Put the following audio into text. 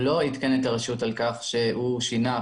הוא לא עדכן את הרשות על כך שהוא שינה,